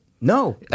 no